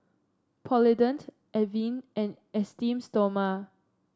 Polident Avene and Esteem Stoma